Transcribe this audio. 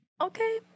okay